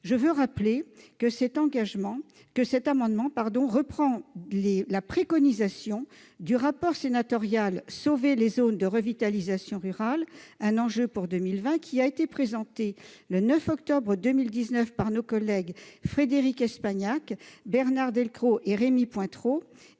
rurale. Cet amendement reprend la préconisation du rapport sénatorial « Sauver les zones de revitalisation rurale (ZRR), un enjeu pour 2020 », présenté le 9 octobre 2019 par nos collègues Frédérique Espagnac, Bernard Delcros et Rémy Pointereau,